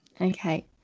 Okay